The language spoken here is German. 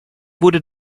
wurde